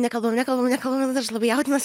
nekalbam nekalbam nekalbam aš labai jaudinuosi